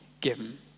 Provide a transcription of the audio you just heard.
given